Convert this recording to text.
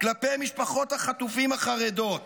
כלפי משפחות החטופים החרדות.